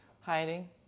Hiding